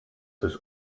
ist